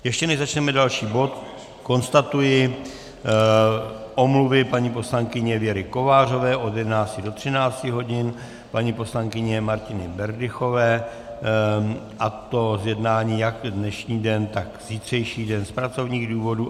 Ještě než začneme další bod, konstatuji omluvy paní poslankyně Věry Kovářové od 11.00 do 13.00 hodin, paní poslankyně Martiny Berdychové, a to z jednání jak dnešní den, tak zítřejší den z pracovních důvodů.